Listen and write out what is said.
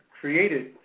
created